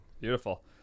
beautiful